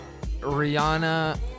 Rihanna